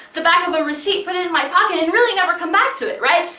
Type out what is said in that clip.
the back of a receipt, put it in my pocket and really never come back to it, right?